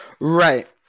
Right